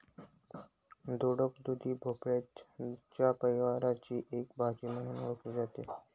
दोडक, दुधी भोपळ्याच्या परिवाराची एक भाजी म्हणून ओळखली जाते